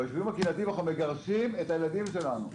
ביישובים הקהילתיים אנחנו מגרשים את הילדים שלנו.